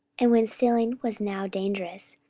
and when sailing was now dangerous,